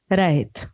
right